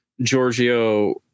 Giorgio